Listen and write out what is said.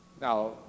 Now